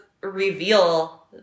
reveal